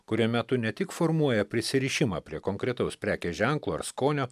kuriame tu ne tik formuoji prisirišimą prie konkretaus prekės ženklo ir skonio